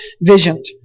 visioned